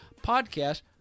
podcast